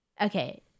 Okay